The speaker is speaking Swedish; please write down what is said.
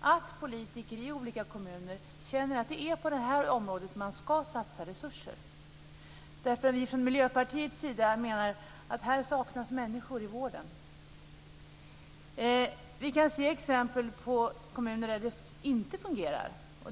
att politiker i olika kommuner känner att det är på detta område man ska satsa resurser. Från Miljöpartiets sida menar vi att det saknas människor i vården. Vi kan se exempel på kommuner där det inte fungerar.